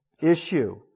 issue